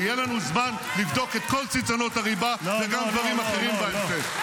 ויהיה לנו זמן לבדוק את כל צנצנות הריבה וגם דברים אחרים בהמשך.